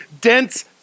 dense